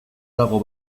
dago